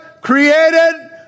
created